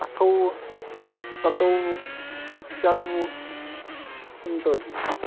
اَٹھووُہ سَتووُہ شَتہٕ وُہ کُنہٕ تٲجی